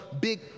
big